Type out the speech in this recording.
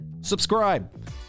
Subscribe